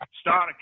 start